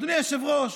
אדוני היושב-ראש,